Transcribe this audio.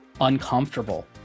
uncomfortable